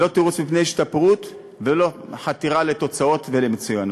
לא תירוץ מפני השתפרות ולא מפני חתירה לתוצאות ולמצוינות.